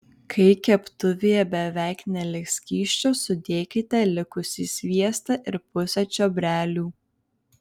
kai keptuvėje beveik neliks skysčio sudėkite likusį sviestą ir pusę čiobrelių